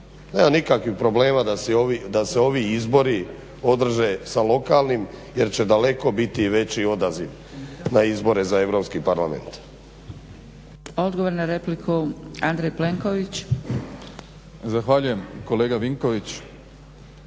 nema nikakvih problema da se ovi izbori održe sa lokalnim jer će daleko biti veći odaziv na izbore za EU parlament. **Zgrebec, Dragica (SDP)** Odgovor na repliku Andrej Plenković. **Plenković,